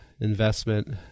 investment